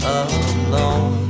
alone